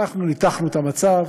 אנחנו ניתחנו את המצב.